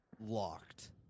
locked